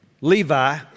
Levi